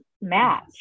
match